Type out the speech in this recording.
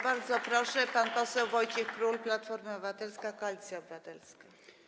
Bardzo proszę, pan poseł Wojciech Król, Platforma Obywatelska - Koalicja Obywatelska.